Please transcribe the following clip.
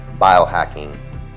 biohacking